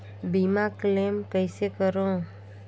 बीमा क्लेम कइसे करों?